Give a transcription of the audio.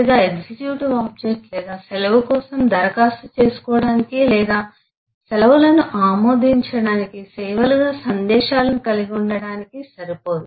లేదా executive object లేదా సెలవు కోసం దరఖాస్తు చేసుకోవడానికి లేదా సెలవులను ఆమోదించడానికి సేవలుగా సందేశాలను కలిగి ఉండటానికి సరిపోదు